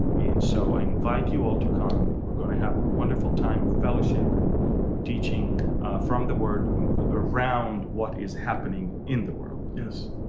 and so i invite you all to come. we're gonna have a wonderful time of fellowship and teaching from the word around what is happening in the world. yes.